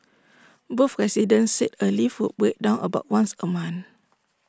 both residents said A lift would break down about once A month